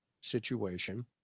situation